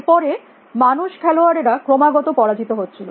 এর পরে মানুষ খেলোয়াড়েরা ক্রমাগত পরাজিত হচ্ছিল